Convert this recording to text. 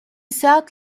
sat